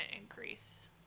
increase